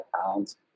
pounds